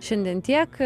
šiandien tiek